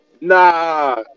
Nah